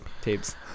tapes